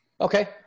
Okay